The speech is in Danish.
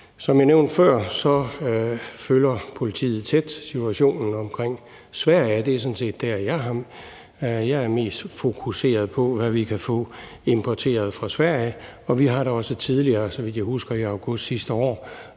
Som jeg nævnte før, følger politiet situationen omkring Sverige tæt. Det er sådan set der, jeg er mest fokuseret på, hvad vi kan få importeret fra Sverige, og vi har da også tidligere, så vidt jeg husker i august sidste år,